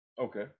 Okay